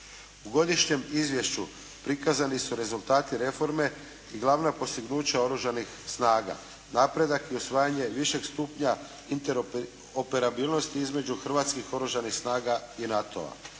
U godišnjem izvješću prikazani su rezultati reforme i glavna postignuća Oružanih snaga, napredak i usvajanje višeg stupnja interoperabilnosti između Hrvatskih oružanih snaga i NATO-a.